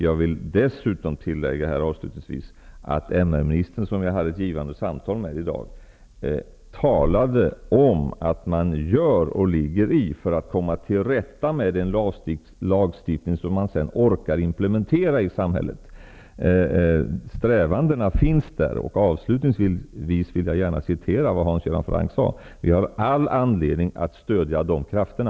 Jag vill dessutom tillägga att MR-ministern, som jag hade ett givande samtal med i dag, talade om att de ligger i för att komma till rätta med en lagstiftning som de sedan orkar implementera i samhället. Strävan finns där. Avslutningsvis vill jag gärna upprepa vad Hans Göran Franck sade, att vi har all anledning att stödja de krafterna.